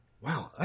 Wow